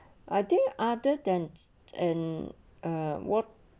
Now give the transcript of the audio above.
I think other that and uh what